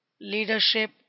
leadership